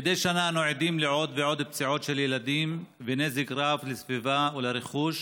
מדי שנה אנו עדים לעוד ועוד פציעות של ילדים ונזק רב לסביבה ולרכוש.